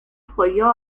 apoyó